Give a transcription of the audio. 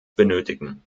benötigen